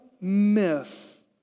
miss